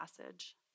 passage